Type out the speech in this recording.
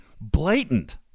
blatant